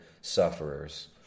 sufferers